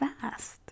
fast